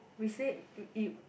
we said y~ you